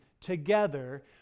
together